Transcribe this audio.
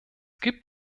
gibt